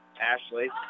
Ashley